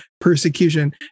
persecution